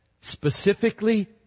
Specifically